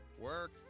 work